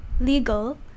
legal